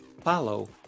follow